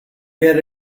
get